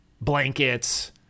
blankets